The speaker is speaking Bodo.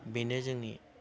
बेनो जोंनि